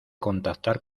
contactar